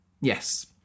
Yes